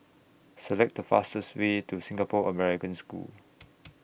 Select The fastest Way to Singapore American School